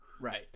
Right